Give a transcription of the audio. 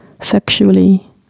sexually